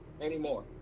anymore